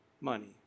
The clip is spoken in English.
Money